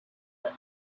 that